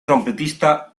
trompetista